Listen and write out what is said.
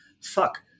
fuck